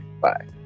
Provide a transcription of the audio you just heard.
Bye